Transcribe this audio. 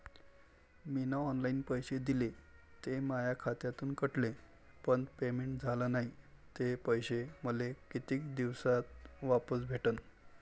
मीन online पैसे दिले, ते माया खात्यातून कटले, पण पेमेंट झाल नायं, ते पैसे मले कितीक दिवसात वापस भेटन?